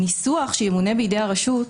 הניסוח "שימונה בידי הרשות",